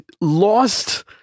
lost